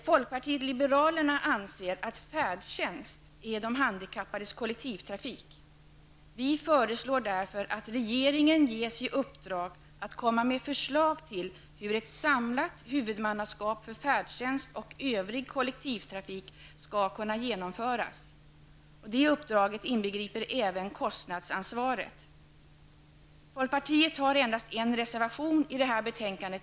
Folkpartiet liberalerna anser att färdtjänst är de handikappades kollektivtrafik. Vi föreslår därför att regeringen ges i uppdrag att komma med förslag till hur ett samlat huvudmannaskap för färdtjänst och övrig kollektivtrafik skall kunna genomföras. Det uppdraget inbegriper även kostnadsansvaret. Folkpartiet har endast en reservation i detta betänkande.